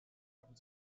haben